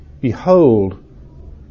Behold